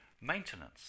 maintenance